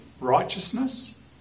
righteousness